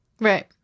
Right